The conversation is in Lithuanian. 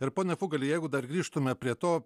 ir pone fugali jeigu dar grįžtume prie to